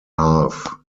half